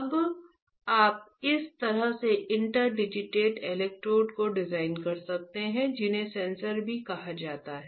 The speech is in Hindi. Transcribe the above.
अब आप इस तरह के इंटरडिजिटेड इलेक्ट्रोड को डिजाइन कर सकते हैं जिन्हें सेंसर भी कहा जाता है